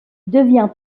devient